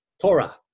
Torah